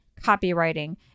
copywriting